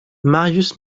marius